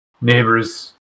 Neighbors